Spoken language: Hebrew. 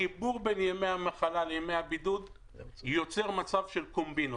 החיבור בין ימי המחלה לימי הבידוד יוצר קומבינות,